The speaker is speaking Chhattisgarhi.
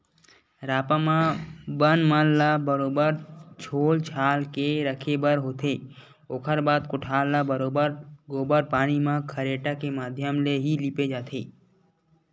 रापा म बन मन ल बरोबर छोल छाल के रखे बर होथे, ओखर बाद कोठार ल बरोबर गोबर पानी म खरेटा के माधियम ले ही लिपे जाथे